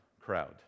crowd